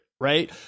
Right